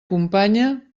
companya